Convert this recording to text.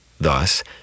thus